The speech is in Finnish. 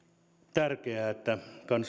tärkeää että